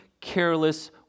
careless